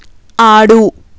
ఆడు